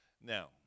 Now